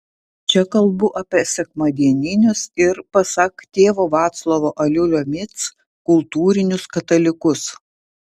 čia kalbu apie sekmadieninius ir pasak tėvo vaclovo aliulio mic kultūrinius katalikus